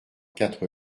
quatre